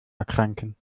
erkranken